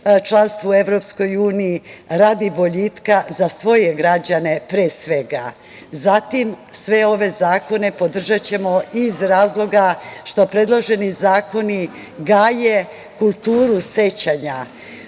članstvu u EU radi boljitka za svoje građane, pre svega. Zatim, sve ove zakone podržaćemo iz razloga što predloženi zakoni gaje kulturu sećanja